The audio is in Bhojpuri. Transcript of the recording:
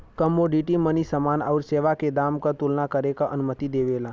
कमोडिटी मनी समान आउर सेवा के दाम क तुलना करे क अनुमति देवला